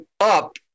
up